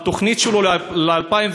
בתוכנית שלו ל-2020,